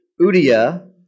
Udia